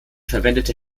verwendete